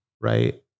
Right